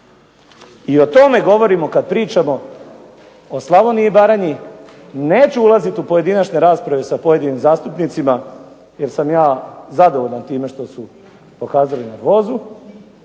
I o tome govorimo kad pričamo o Slavoniji i Baranji. Neću ulaziti u pojedinačne rasprave sa pojedinim zastupnicima jer sam ja zadovoljan time što su pokazali na